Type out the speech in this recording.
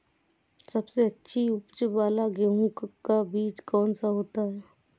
सबसे अच्छी उपज वाला गेहूँ का बीज कौन सा है?